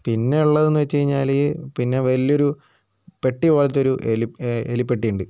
പിന്നെ ഉള്ളതെന്ന് വച്ചു കഴിഞ്ഞാൽ പിന്നെ വലിയൊരു പെട്ടി പോലത്തെ ഒരു എലി എലിപ്പെട്ടി ഉണ്ട്